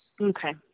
Okay